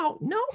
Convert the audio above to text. No